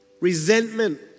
resentment